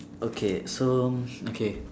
okay so okay